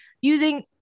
using